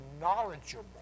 knowledgeable